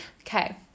Okay